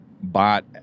bought